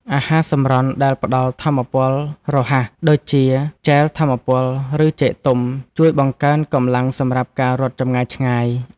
អាហារសម្រន់ដែលផ្ដល់ថាមពលរហ័ស ដូចជាជែលថាមពល ឬចេកទុំ ជួយបង្កើនកម្លាំងសម្រាប់ការរត់ចម្ងាយឆ្ងាយ។